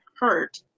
hurt